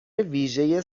ویژه